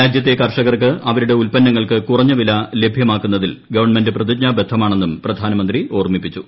രാജ്യത്തെ കർഷകർക്ക് അവരുടെ ഉത്പന്നങ്ങൾക്ക് കുറഞ്ഞ വില ലഭ്യമാക്കുന്നതിൽ ഗവൺമെന്റ് പ്രതിജ്ഞ്ബദ്ധമാണെന്നും പ്രധാനമന്ത്രി ഓർമിപ്പിച്ചു